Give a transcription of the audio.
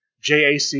JAC